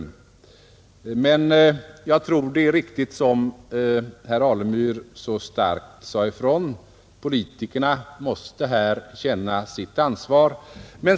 Men jag tror det är riktigt som herr Alemyr så starkt sade ifrån: Politikerna måste här känna sitt ansvar.